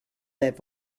that